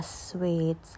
sweet